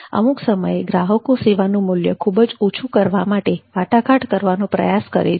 અમુક સમયે ગ્રાહકો સેવાનું મૂલ્ય ખૂબ જ ઓછું કરવા માટે વાટાઘાટ કરવાનો પ્રયાસ કરે છે